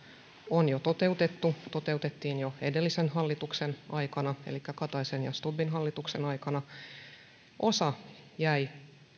on jo toteutettu toteutettiin jo edellisen hallituksen aikana elikkä kataisen stubbin hallituksen aikana osa jäi